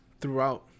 throughout